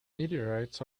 meteorites